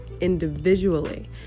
individually